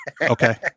Okay